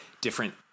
different